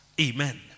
Amen